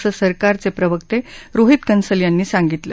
असं सरकारच प्रवर्त रोहित कंसल यांनी सांगितलं